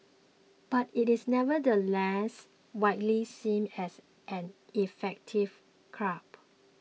but it is nevertheless widely seen as an effective curb